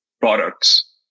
products